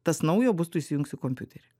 tas naujo bus tu įsijungsi kompiuterį